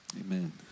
Amen